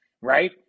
right